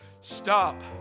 Stop